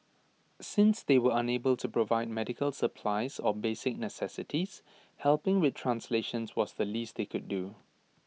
since they were unable to provide medical supplies or basic necessities helping with translations was the least they could do